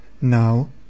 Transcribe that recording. Now